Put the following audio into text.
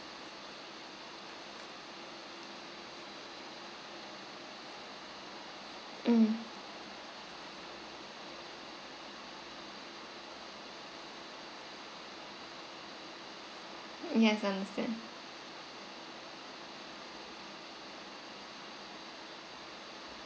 mm yes I understand